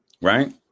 right